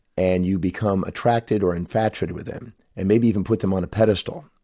and you become attracted or infatuated with them and maybe even put them on a pedestal,